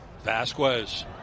Vasquez